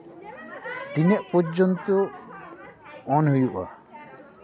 ᱛᱤᱱᱟᱹᱜ ᱯᱚᱨᱡᱚᱱᱛᱚ ᱚᱱ ᱦᱩᱭᱩᱜᱼᱟ